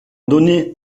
donner